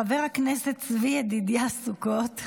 חבר הכנסת צבי ידידיה סוכות.